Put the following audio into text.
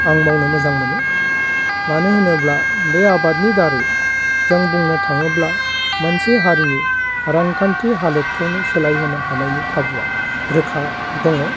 आं मावनो मोजां मोनो मानो होनोब्ला बे आबादनि दारै जों बुंनो थाङोब्ला मोनसे हारिनि रांखान्थि हालोदखौनो सोलाय होनो हानायनि खाबुआ रोखा दङ